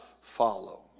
follow